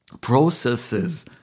processes